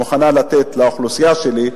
מוכנה לתת לאוכלוסייה שלי?